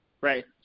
right